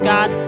God